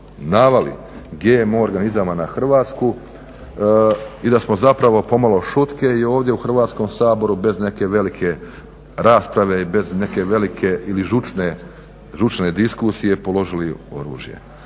navali GMO organizama na Hrvatsku i da smo zapravo pomalo šutke i ovdje u Hrvatskom saboru bez neke velike rasprave i bez neke velike ili žučne diskusije položili oružje